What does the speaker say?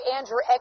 Andrew